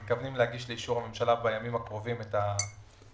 אנחנו מתכוונים להגיש לאישור הממשלה בימים הקרובים את התקציב,